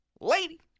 Lady